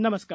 नमस्कार